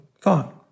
thought